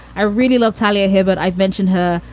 i really love tallia here, but i've mentioned her.